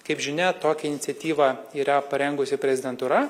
kaip žinia tokią iniciatyvą yra parengusi prezidentūra